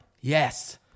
Yes